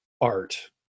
art